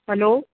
hello